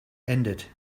ended